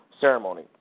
ceremony